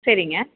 சரிங்க